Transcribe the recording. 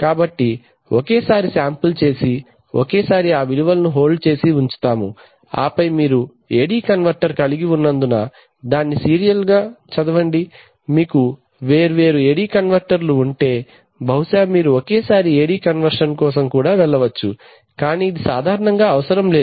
కాబట్టి ఒకేసారి శాంపిల్ చేసి ఒకేసారి ఆ విలువలను హోల్డ్ చేసి ఉంచుతాయి ఆపై మీరు AD కన్వర్టర్ కలిగి ఉన్నందున దాన్ని సీరియల్గా చదవండి మీకు వేర్వేరు AD కన్వర్టర్లు ఉంటే బహుశా మీరు ఒకేసారి AD కన్వర్షన్ కోసం కూడా వెళ్ళవచ్చు కాని ఇది సాధారణంగా అవసరం లేదు